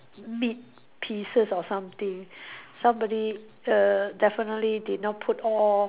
meat pieces or something somebody err definitely did not put all